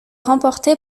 remportée